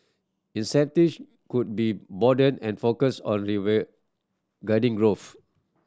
could be broadened and focused on growth